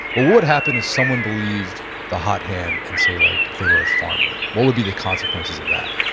but what would happen if someone believed the hot hand, and say like if they were a farmer, what would be the consequences of that?